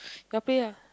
you all play lah